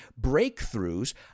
breakthroughs